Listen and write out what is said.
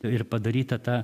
ir padaryta ta